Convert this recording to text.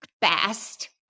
best